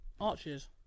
arches